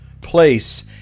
place